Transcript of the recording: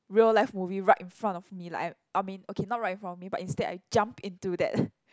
real life movie right in front of me like I I mean okay not right in front of me but instead I jump into that